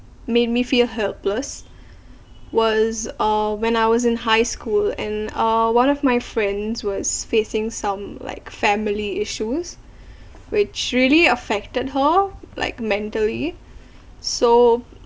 made me feel helpless was uh when I was in high school and uh one of my friends was facing some like family issues which really affected her like mentally so